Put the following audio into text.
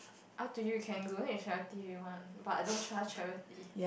up to you you can donate to charity if you want but I don't trust charity